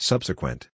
Subsequent